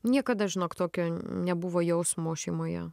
niekada žinok tokio nebuvo jausmo šeimoje